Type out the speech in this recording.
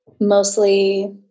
mostly